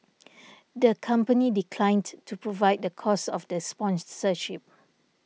the company declined to provide the cost of the sponsorship